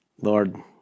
Lord